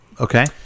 Okay